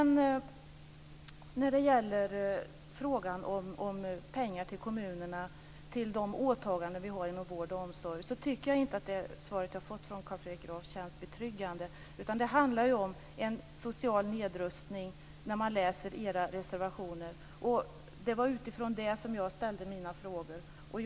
När det gäller frågan om pengar till kommunerna för de åtaganden vi har inom vård och omsorg tycker jag inte att det svar jag har fått från Carl Fredrik Graf känns betryggande. Era reservationer handlar om en social nedrustning. Det var utifrån det som jag ställde mina frågor.